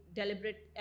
deliberate